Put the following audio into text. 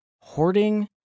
hoarding